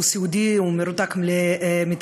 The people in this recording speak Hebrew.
הוא סיעודי, הוא מרותק למיטתו.